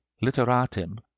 literatim